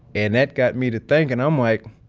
and that got me to thinking i'm like,